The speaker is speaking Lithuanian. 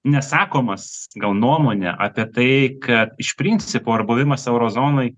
nesakomas gal nuomonė apie tai kad iš principo ar buvimas euro zonoj